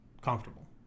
comfortable